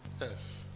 Yes